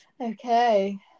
okay